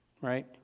right